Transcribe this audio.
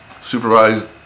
supervised